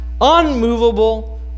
unmovable